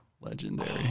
Legendary